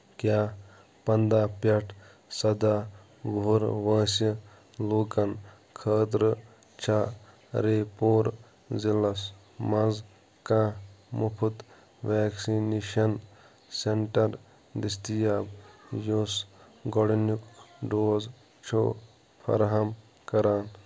کیٛاہ پَنداہ پٮ۪ٹھ سَداہ وُہُر وٲنٛسہِ لوٗکن خٲطرٕ چھا راے پوٗر ضلعس مَنٛز کانٛہہ مُفٕط ویکسِنیشن سینٹر دٔستِیاب یُس گۄڈنیُک ڈوز چھ فراہم کران؟